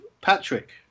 Patrick